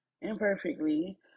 imperfectly